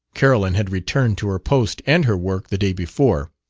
carolyn had returned to her post and her work the day before.